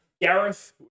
Gareth